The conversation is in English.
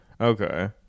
Okay